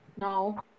No